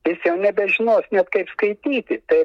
jis jau nebežinos net kaip skaityti tai